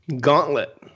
Gauntlet